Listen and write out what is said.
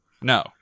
No